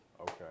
Okay